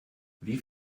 wie